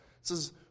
says